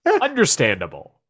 understandable